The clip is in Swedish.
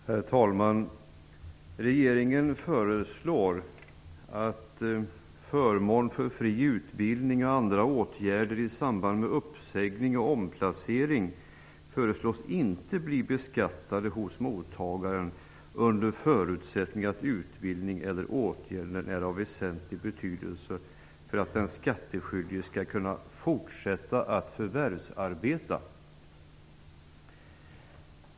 Herr talman! Regeringen föreslår att förmån i form av fri utbildning och andra åtgärder i samband med uppsägning och omplacering inte skall bli beskattade hos mottagaren under förutsättning att utbildningen eller åtgärden är av väsentlig betydelse för att den skatteskyldige skall kunna fortsätta att förvärvsarbeta.